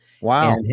Wow